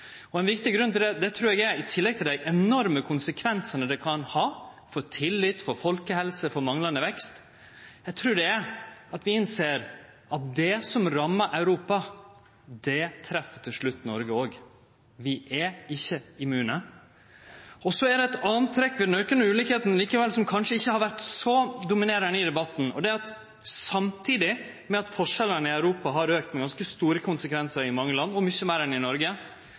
trur eg er – i tillegg til dei enorme konsekvensane det kan ha for tillit, for folkehelse, for manglande vekst – at vi innser at det som rammar Europa, det treffer til slutt Noreg òg. Vi er ikkje immune. Det er likevel eit anna trekk ved den aukande ulikskapen, likevel, som kanskje ikkje har vore så dominerande i debatten. Det er at samtidig med at forskjellane i Europa har auka – med ganske store konsekvensar i mange land og mykje meir enn i Noreg